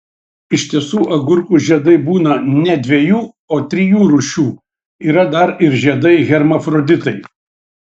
iš tiesų agurkų žiedai būna ne dviejų o trijų rūšių yra dar ir žiedai hermafroditai